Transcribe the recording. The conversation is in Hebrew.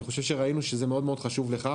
אני חושב שראינו שזה מאוד מאוד חשוב לך,